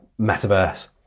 metaverse